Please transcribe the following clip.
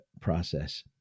process